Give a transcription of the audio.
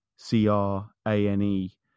C-R-A-N-E